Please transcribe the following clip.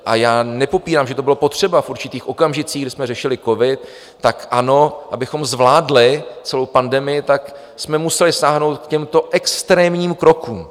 A já nepopírám, že to bylo potřeba v určitých okamžicích, kdy jsme řešili covid, tak ano, abychom zvládli celou pandemii, tak jsme museli sáhnout k těmto extrémním krokům.